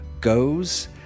goes